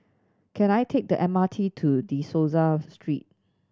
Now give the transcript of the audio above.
can I take the M R T to De Souza Street